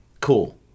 cool